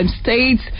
states